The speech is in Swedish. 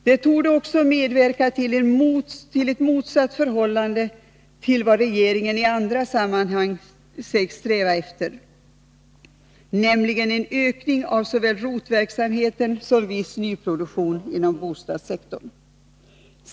Det torde också medverka till ett motsatt förhållande till vad regeringen i andra sammanhang sägs sträva efter, nämligen en ökning av såväl ROT-verksamheten som viss nyproduktion inom bostadssektorn.